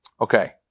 Okay